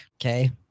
okay